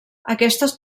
aquestes